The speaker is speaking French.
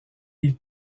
ils